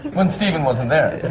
when steven wasn't there.